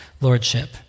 Lordship